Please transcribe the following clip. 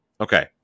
Okay